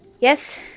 Yes